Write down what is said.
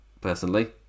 personally